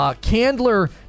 Candler